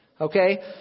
Okay